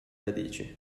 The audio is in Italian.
radici